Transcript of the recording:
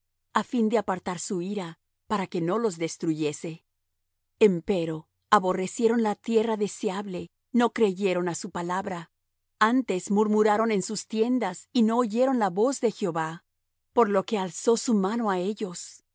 a fin de apartar su ira para que no los destruyese empero aborrecieron la tierra deseable no creyeron á su palabra antes murmuraron en sus tiendas y no oyeron la voz de jehová por lo que alzó su mano á ellos